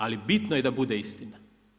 Ali bitno je da bude istina.